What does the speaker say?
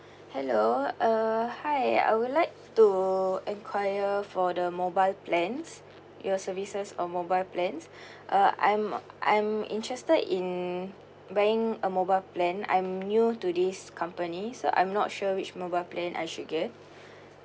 hello uh hi I would like to enquire for the mobile plans your services on mobile plans uh I'm I'm interested in buying a mobile plan I'm new to this company so I'm not sure which mobile plan I should get